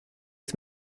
das